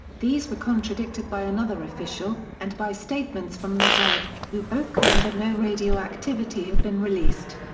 these were contradicted by another official, and by statements from met ed, who both claimed that no radioactivity had been released.